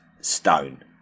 stone